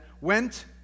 went